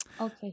Okay